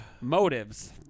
motives